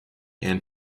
and